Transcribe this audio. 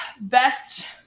Best